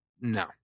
no